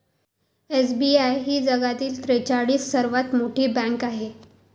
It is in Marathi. एस.बी.आय ही जगातील त्रेचाळीस सर्वात मोठी बँक आहे